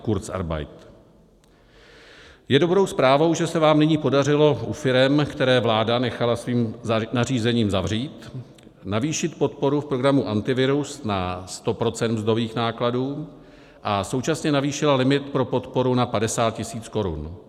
Je dobrou zprávou, že se vám nyní podařilo u firem, které vláda nechala svým nařízením zavřít, navýšit podporu v programu Antivirus na 100 % mzdových nákladů a současně navýšila limit pro podporu na 50 tisíc korun.